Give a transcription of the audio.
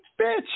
bitch